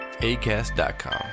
ACAST.com